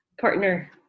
partner